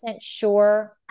sure